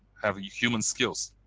have human skills,